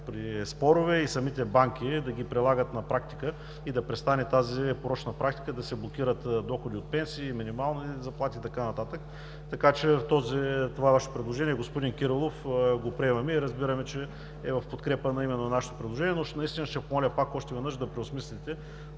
при спорове, и самите банки да ги прилагат на практика – да престане тази порочна практика да се блокират доходи от пенсии, минимални заплати и така нататък. Вашето предложение, господин Кирилов, го приемаме и разбираме, че е в подкрепа именно на нашето предложение. Но ще Ви помоля още веднъж да преосмислите